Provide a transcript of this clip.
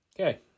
Okay